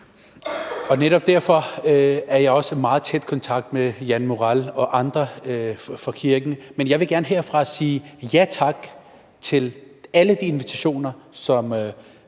Netop derfor er jeg også i meget tæt kontakt med Jan Morell og andre fra kirken, men jeg vil gerne herfra sige ja tak til alle de invitationer, som